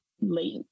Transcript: late